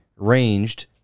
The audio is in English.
ranged